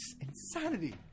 Insanity